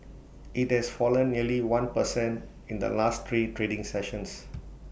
IT has fallen nearly one percent in the last three trading sessions